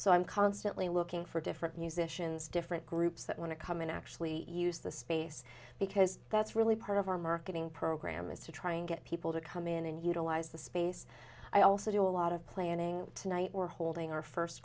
so i'm constantly looking for different musicians different groups that want to come and actually use the space because that's really part of our marketing program is to try and get people to come in and utilize the space i also do a lot of planning tonight we're holding our first